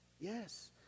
yes